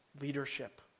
leadership